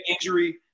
injury